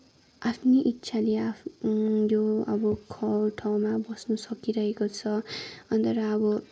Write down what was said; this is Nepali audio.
आफ्नै इच्छाले आफ्नै यो अब घर ठाउँमा बस्न सकिरहेको छ अनि त्यहाँबाट अब